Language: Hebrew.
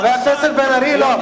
חבר הכנסת בן-ארי, לא,